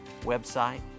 website